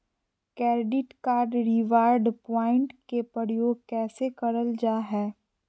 Credit card reward point के प्रयोग कैसे करल जा है?